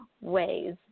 ways